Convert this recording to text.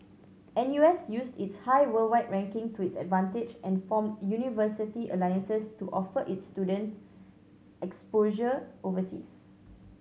N U S used its high worldwide ranking to its advantage and formed university alliances to offer its student exposure overseas